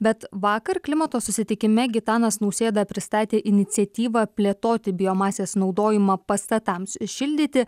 bet vakar klimato susitikime gitanas nausėda pristatė iniciatyvą plėtoti biomasės naudojimą pastatams šildyti